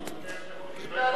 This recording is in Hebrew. אדוני היושב-ראש,